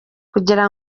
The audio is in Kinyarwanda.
kugira